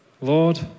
Lord